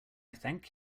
thank